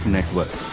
Network